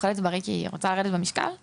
היא אוכלת סלט כי היא רוצה לרדת במשקל?״,